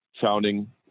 Founding